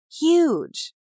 huge